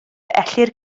ellir